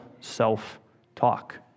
self-talk